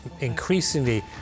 increasingly